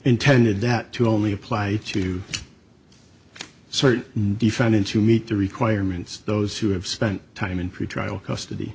intended that to only apply to certain defendants who meet the requirements those who have spent time in pretrial custody